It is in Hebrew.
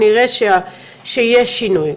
נראה שיש שינוי,